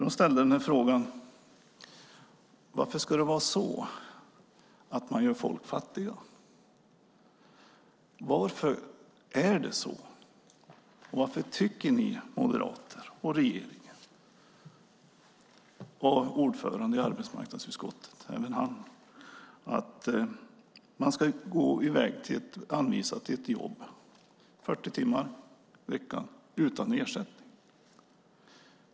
De frågade nämligen: Varför ska det vara så att man gör folk fattiga? Varför är det så? Varför tycker ni moderater och regeringen, och även ordföranden i arbetsmarknadsutskottet, att man ska gå till ett anvisat jobb och arbeta 40 timmar i veckan utan ersättning?